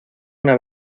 una